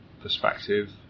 perspective